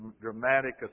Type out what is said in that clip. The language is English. dramatic